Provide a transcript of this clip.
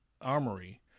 Armory